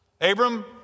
Abram